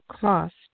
cost